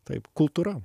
taip kultūra